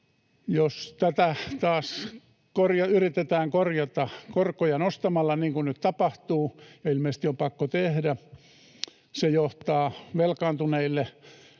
Jos taas tätä yritetään korjata korkoja nostamalla, niin kuin nyt tapahtuu ja ilmeisesti on pakko tehdä, se tietää velkaantuneille